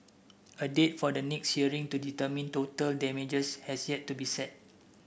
a date for the next hearing to determine total damages has yet to be set